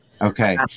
Okay